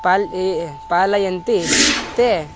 पाल् पालयन्ति ते